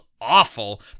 awful